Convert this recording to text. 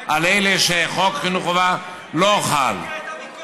על אלה שחוק חינוך חובה לא חל עליהם.